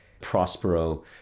Prospero